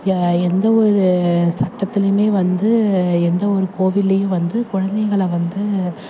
எ எந்த ஒரு சட்டத்துலேயுமே வந்து எந்த ஒரு கோவில்லேயும் வந்து கொழந்தைகள வந்து